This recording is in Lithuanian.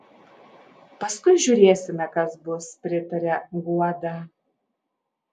paskui žiūrėsime kas bus pritaria guoda